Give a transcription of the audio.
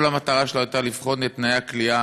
כל המטרה שלו הייתה לבחון את תנאי הכליאה